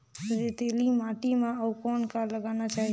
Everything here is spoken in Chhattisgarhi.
रेतीली माटी म अउ कौन का लगाना चाही?